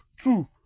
Two